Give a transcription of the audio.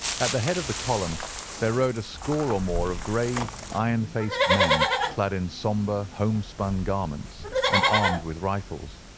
at the head of the column there rode a score or more of grave ironfaced men, clad in sombre homespun garments and armed with rifles.